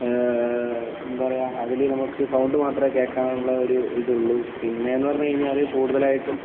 എന്താ പറയുക അതില് നമുക്ക് സൗണ്ട് മാത്രമേ കേൾക്കാൻ ഉള്ളൊരു ഇതൊള്ളു പിന്നേന്ന് പറഞ്ഞ് കഴിഞ്ഞാൽ കൂടുതലായിട്ടും